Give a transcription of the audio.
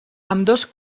ambdós